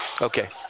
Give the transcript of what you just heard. Okay